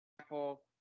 Apple